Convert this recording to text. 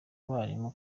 abarimu